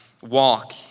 walk